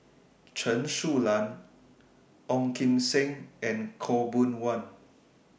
Chen Su Lan Ong Kim Seng and Khaw Boon Wan